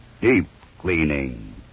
deep-cleaning